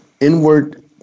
inward